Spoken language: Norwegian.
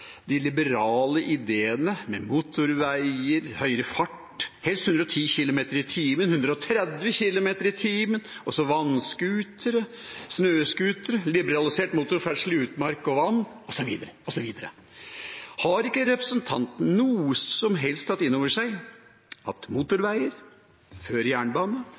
de liberale ideene med motorveier, høyere fart – helst 110 km/t, 130 km/t – vannscootere, snøscootere, liberalisert motorferdsel i utmark og vann osv. Har ikke representanten på noen måte tatt inn over seg at motorveier framfor jernbane,